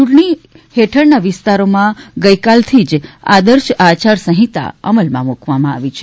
ચૂંટણી હેઠળના વિસ્તારોમાં ગઇકાલથી જ આદર્શ આયારસંહિતા અમલમાં મુકવામાં આવી છે